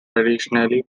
traditionally